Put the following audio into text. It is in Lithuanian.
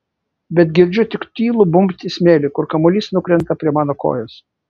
bet girdžiu tik tylų bumbt į smėlį kur kamuolys nukrenta prie mano kojos